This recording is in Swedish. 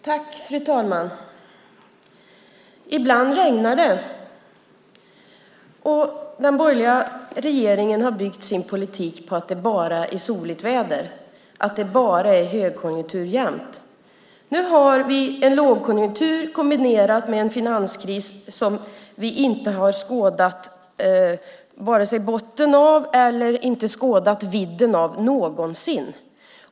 Fru talman! Ibland regnar det. Men den borgerliga regeringen har byggt sin politik på att det bara är soligt väder och högkonjunktur jämt. Nu har vi en lågkonjunktur i kombination med en finanskris som vi inte har skådat maken till någonsin, och botten är ännu inte nådd.